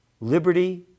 liberty